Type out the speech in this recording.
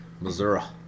Missouri